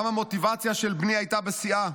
גם המוטיבציה של בני הייתה בשיאה.